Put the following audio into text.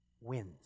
wins